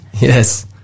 Yes